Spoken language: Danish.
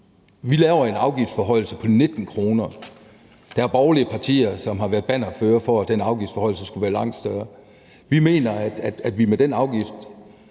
Vi laver en afgiftsforhøjelse på 19 kr. – der er borgerlige partier, som har været bannerførere for, at den afgiftsforhøjelse skulle være langt større. Vi mener, at vi med den afgift